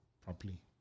properly